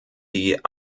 die